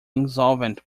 insolvent